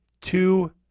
two